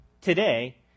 today